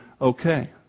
okay